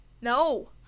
no